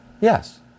Yes